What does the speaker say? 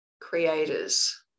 creators